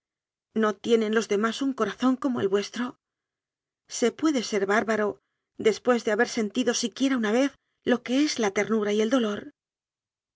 no tienen los demás un corazón como el vuestro se puede ser bárbaro después de haber sentido siquiera una vez lo que es la ternura y el dolor